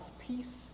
peace